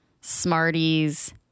Smarties